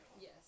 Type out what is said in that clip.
Yes